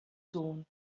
sohn